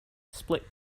split